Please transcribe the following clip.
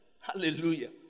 Hallelujah